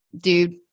dude